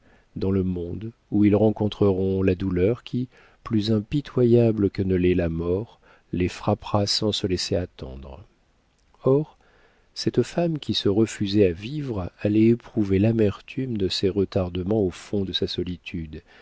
dans le monde où ils rencontreront la douleur qui plus impitoyable que ne l'est la mort les frappera sans se laisser attendre or cette femme qui se refusait à vivre allait éprouver l'amertume de ces retardements au fond de sa solitude